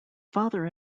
father